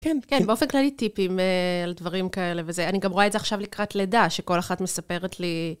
כן, כן, באופן כללי טיפים על דברים כאלה וזה. אני גם רואה את זה עכשיו לקראת לידה, שכל אחת מספרת לי...